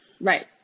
Right